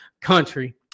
Country